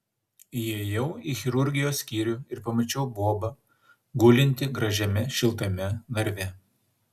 įėjau į chirurgijos skyrių ir pamačiau bobą gulintį gražiame šiltame narve